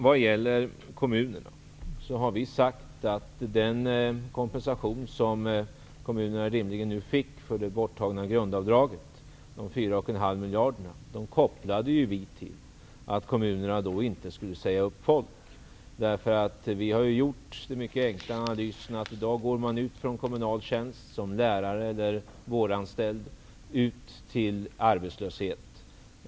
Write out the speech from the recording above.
Vad gäller kommunerna har vi sagt att vi kopplade den kompensation som kommunerna rimligen fått för det borttagna grundavdraget, de 4,5 miljarderna, till att kommunerna inte skulle säga upp människor. Vi har gjort den mycket enkla analysen att människor i dag går från kommunal tjänst som lärare eller vårdanställda ut i arbetslöshet.